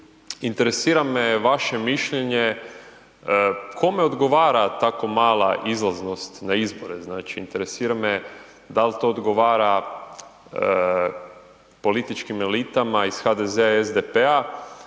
interesira me vaše mišljenje kome odgovara tako mala izlaznost na izbore? Znači interesira me dal to odgovara političkim elitama iz HDZ-a i SDP-a?